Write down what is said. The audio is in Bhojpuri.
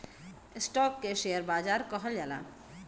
स्टोक के शेअर बाजार कहल जाला